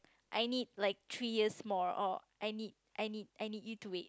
I need like three years more or I need I need I need you to wait